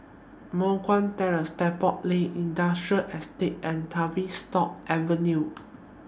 Moh Guan Terrace Depot Lane Industrial Estate and Tavistock Avenue